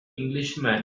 englishman